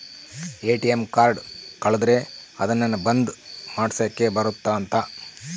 ATM card ಕಳುದ್ರೆ ಅದುನ್ನ ಬಂದ್ ಮಾಡ್ಸಕ್ ಬರುತ್ತ ಅಂತ